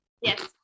Yes